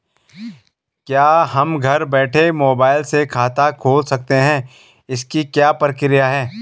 क्या हम घर बैठे मोबाइल से खाता खोल सकते हैं इसकी क्या प्रक्रिया है?